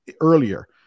earlier